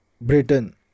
Britain